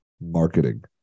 Marketing